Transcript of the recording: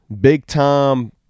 big-time –